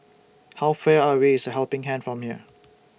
How Far away IS The Helping Hand from here